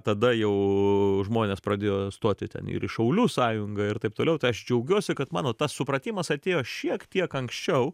tada jau žmonės pradėjo stoti ten ir į šaulių sąjungą ir taip toliau tai aš džiaugiuosi kad mano tas supratimas atėjo šiek tiek anksčiau